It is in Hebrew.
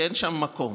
כי אין שם מקום.